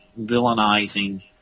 villainizing